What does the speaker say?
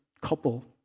couple